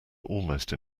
almost